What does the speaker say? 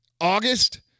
August